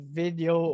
video